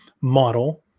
model